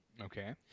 Okay